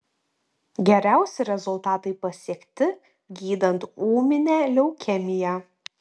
geriausi rezultatai pasiekti gydant ūminę leukemiją